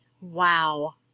wow